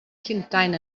llundain